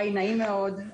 נעים מאוד.